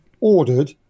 ordered